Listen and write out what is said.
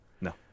no